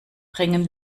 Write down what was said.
bringen